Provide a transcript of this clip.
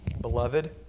beloved